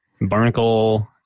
Barnacle